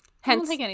hence